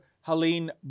Helene